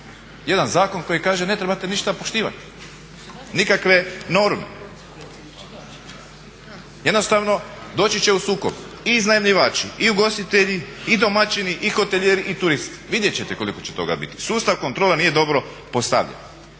jedan zakon koji kaže, ne trebate ništa poštivati, nikakve norme. Doći će u sukob i iznajmljivači i ugostitelji i domaćini i hotelijeri i turist, vidjet ćete koliko će toga biti. Sustav kontrole nije dobro postavljen.